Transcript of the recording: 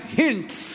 hints